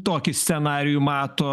tokį scenarijų mato